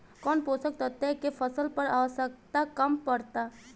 कौन पोषक तत्व के फसल पर आवशयक्ता कम पड़ता?